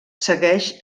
segueix